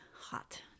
hot